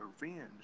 revenge